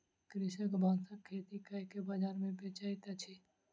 कृषक बांसक खेती कय के बाजार मे बेचैत अछि